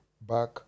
back